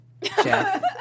Jeff